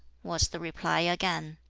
was the reply again.